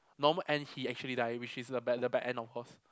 normal end he actually die which is the bad the bad end of course